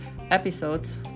episodes